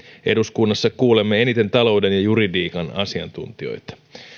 eduskunnassa kuulemme eniten talouden ja juridiikan asiantuntijoita